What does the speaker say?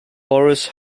boris